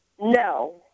No